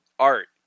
Art